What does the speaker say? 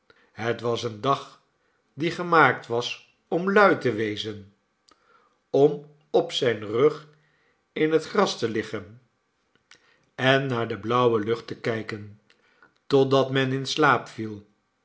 het was een dag die gemaakt was om lui te wezen om op zijn rug in het gras te liggen en naar de blauwe lucht te kijken totdat men in slaap viel